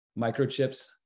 Microchips